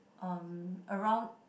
um around